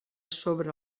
sobre